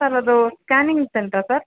sir ಅದು scanning centre sir